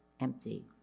empty